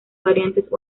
variantes